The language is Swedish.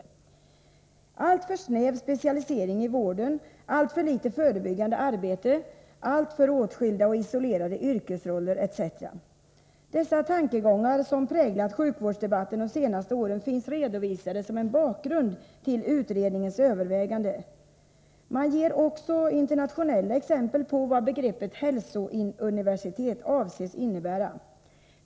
Det är alltför snäv specialisering i vården, alltför litet förebyggande arbete, alltför åtskilda och isolerade yrkesroller etc. Dessa tankegångar som präglat sjukvårdsdebatten de senaste åren finns redovisade som en bakgrund till utredningens övervägande. Man ger också internationella exempel på vad begreppet hälsouniversitet avses innebära.